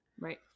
Right